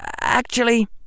actually